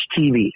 TV